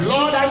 Lord